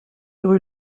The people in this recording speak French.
rue